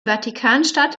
vatikanstadt